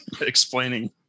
explaining